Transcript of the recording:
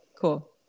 Cool